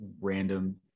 random